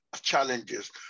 challenges